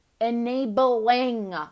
enabling